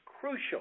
crucial